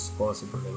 possible